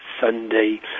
Sunday